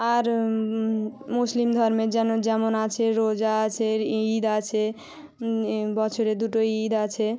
আর মুসলিম ধর্মের জন্য যেমন আছে রোজা আছের ঈদ আছে বছরে দুটো ঈদ আছে